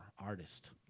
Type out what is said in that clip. artist